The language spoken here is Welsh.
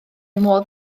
modd